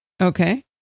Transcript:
Okay